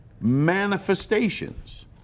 manifestations